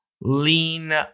lean